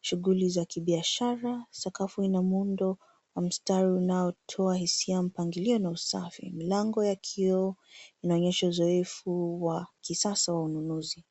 shughuli za kibiashara, sakafu ina muundo wa mistari, ambao unatoa hisia ya mpangilio na usafi. Mlango wa kioo inaoyesha uzoefu wa kisasa wa ununuzi.